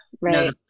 Right